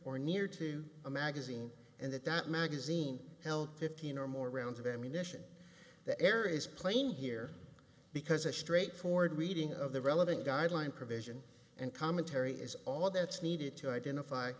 or near to a magazine and that that magazine held fifteen or more rounds of ammunition the air is plain here because a straightforward reading of the relevant guideline provision and commentary is all that's needed to identify